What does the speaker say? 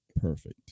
perfect